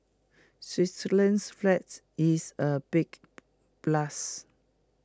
Switzerland's flags is A big plus